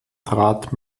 trat